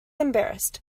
embarrassed